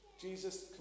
Jesus